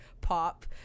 pop